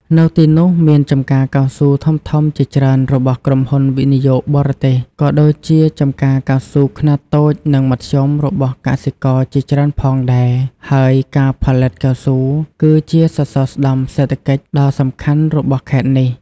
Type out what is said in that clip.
នៅទីនោះមានចំការកៅស៊ូធំៗជាច្រើនរបស់ក្រុមហ៊ុនវិនិយោគបរទេស ក៏ដូចជាចំការកៅស៊ូខ្នាតតូចនិងមធ្យមរបស់កសិករជាច្រើនផងដែរ ហើយការផលិតកៅស៊ូគឺជាសសរស្ដម្ភសេដ្ឋកិច្ចដ៏សំខាន់របស់ខេត្តនេះ។